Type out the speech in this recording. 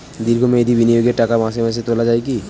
দীর্ঘ মেয়াদি বিনিয়োগের টাকা মাসে মাসে তোলা যায় কি?